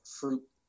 fruit